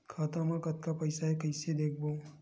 खाता मा कतका पईसा हे कइसे देखबो?